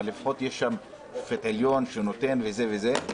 אבל לפחות יש שם שופט עליון שנותן וזה וזה.